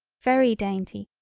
very dainty,